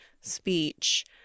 speech